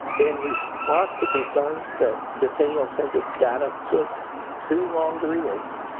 in response to concerns that decennial census data took too long to release,